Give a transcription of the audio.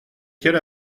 quelle